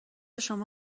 شما